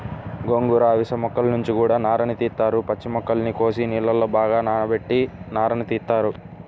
గోంగూర, అవిశ మొక్కల నుంచి గూడా నారని తీత్తారు, పచ్చి మొక్కల్ని కోసి నీళ్ళలో బాగా ఊరబెట్టి నారని తీత్తారు